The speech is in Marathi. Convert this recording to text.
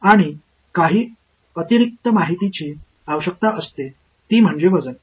आणि काही अतिरिक्त माहितीची आवश्यकता असते ती म्हणजे वजन